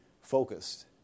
focused